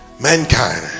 mankind